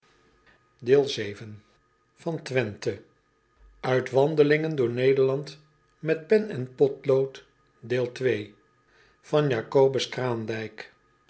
acobus raandijk andelingen door ederland met pen en potlood